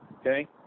Okay